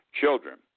children